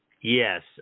Yes